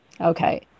Okay